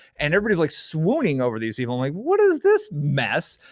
and everybody's like swooning over these people. i'm like, what is this mess?